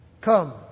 Come